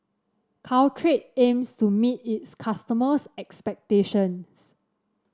Caltrate aims to meet its customers' expectations